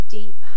deep